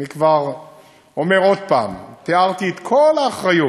אני כבר אומר עוד פעם: תיארתי את כל האחריות